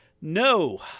no